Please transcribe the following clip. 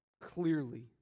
clearly